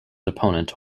opponent